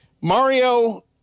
Mario